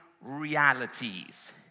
realities